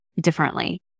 differently